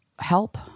help